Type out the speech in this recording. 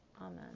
Amen